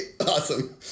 awesome